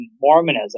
Mormonism